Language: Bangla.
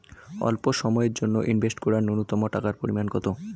স্বল্প সময়ের জন্য ইনভেস্ট করার নূন্যতম টাকার পরিমাণ কত?